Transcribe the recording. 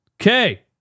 Okay